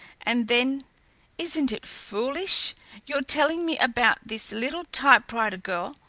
and then isn't it foolish your telling me about this little typewriter girl!